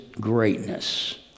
greatness